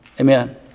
amen